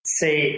say